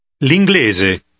L'inglese